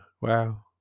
wow